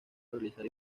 realizar